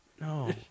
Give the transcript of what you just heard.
No